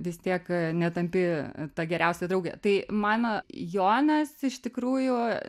vis tiek netampi ta geriausia draugė tai man jonas iš tikrųjų